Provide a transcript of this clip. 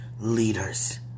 leaders